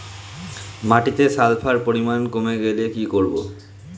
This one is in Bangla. মাটিতে সালফার পরিমাণ কমে গেলে কি করব?